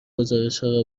گزارشهای